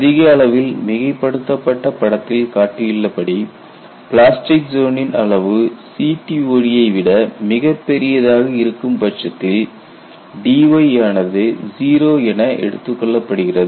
அதிக அளவில் மிகைப்படுத்தப்பட்ட படத்தில் காட்டியுள்ளபடி பிளாஸ்டிக் ஜோனின் அளவு CTOD ஐ விட மிகப் பெரியதாக இருக்கும் பட்சத்தில் dy ஆனது 0 என எடுத்துக் கொள்ளப்படுகிறது